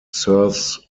serves